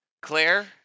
Claire